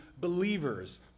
believers